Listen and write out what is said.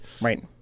Right